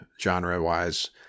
genre-wise